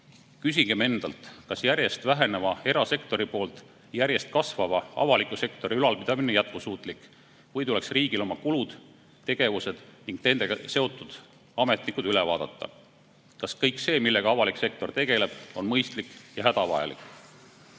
tõttu. Küsigem endalt, kas järjest väheneva erasektori poolt järjest kasvava avaliku sektori ülalpidamine on jätkusuutlik või tuleks riigil oma kulud, tegevused ning nendega seotud ametnike arv üle vaadata. Kas kõik see, millega avalik sektor tegeleb, on mõistlik ja hädavajalik?